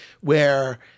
where-